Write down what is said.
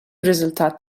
riżultat